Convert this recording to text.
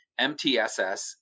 MTSS